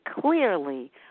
clearly